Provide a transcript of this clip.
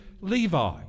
Levi